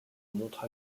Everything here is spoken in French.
montre